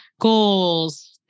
goals